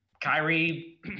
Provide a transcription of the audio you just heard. Kyrie